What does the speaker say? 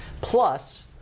Plus